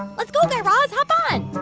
let's go there, raz. hop on